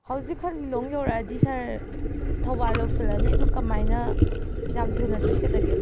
ꯍꯧꯖꯤꯛ ꯈꯛ ꯂꯤꯂꯣꯡ ꯌꯧꯔꯛꯂꯗꯤ ꯁꯥꯔ ꯊꯧꯕꯥꯜ ꯌꯧꯁꯤꯜꯂꯛꯑꯅꯤ ꯑꯗꯨ ꯀꯃꯥꯏꯅ ꯌꯥꯝ ꯊꯨꯅ ꯆꯠꯀꯗꯒꯦ